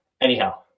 anyhow